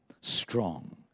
strong